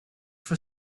for